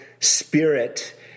spirit